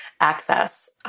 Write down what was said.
access